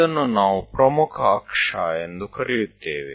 ಇದನ್ನು ನಾವು ಪ್ರಮುಖ ಅಕ್ಷ ಎಂದು ಕರೆಯುತ್ತೇವೆ